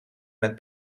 met